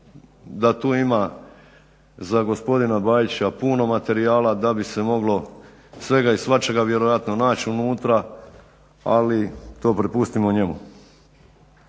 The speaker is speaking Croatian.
da tu ima za gospodina Bajića puno materijala, da bi se moglo svega i svačega vjerojatno naći unutra ali to prepustimo njemu.